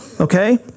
Okay